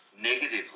negatively